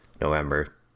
November